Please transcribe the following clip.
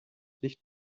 nicht